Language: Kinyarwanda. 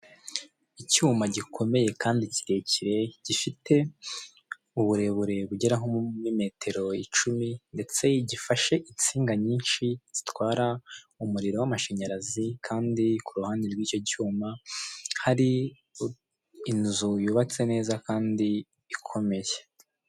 Icyuma gikomeye kandi kirekire, gifite uburebure bugera nko muri metero icumi ndetse gifashe insinga nyinshi zitwara umuriro w'amashanyarazi kandi kuruhande rwicyo cyuma hari inzu yubatse neza kandi ikomeye.